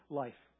life